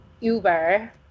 Uber